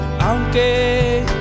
aunque